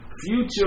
Future